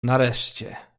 nareszcie